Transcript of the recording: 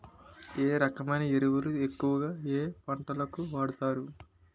ఏ రకమైన ఎరువులు ఎక్కువుగా ఏ పంటలకు వాడతారు?